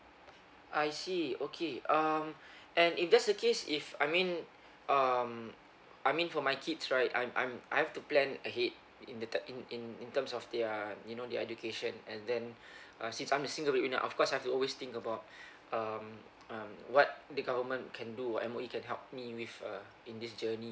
I see okay um and if that's the case if I mean um I mean for my kids right I'm I'm I've to plan ahead in the ter~ in in in terms of their you know their education and then uh since I'm the single bread winner of course I've to always think about um um what the government can do or M_O_E can help me with uh in this journey